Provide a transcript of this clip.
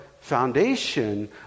foundation